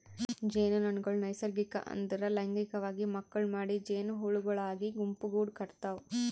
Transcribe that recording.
ಜೇನುನೊಣಗೊಳ್ ನೈಸರ್ಗಿಕ ಅಂದುರ್ ಲೈಂಗಿಕವಾಗಿ ಮಕ್ಕುಳ್ ಮಾಡಿ ಜೇನುಹುಳಗೊಳಾಗಿ ಗುಂಪುಗೂಡ್ ಕಟತಾವ್